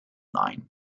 line